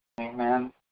Amen